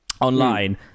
online